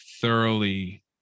thoroughly